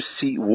see